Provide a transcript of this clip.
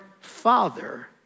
father